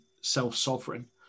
self-sovereign